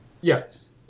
Yes